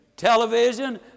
television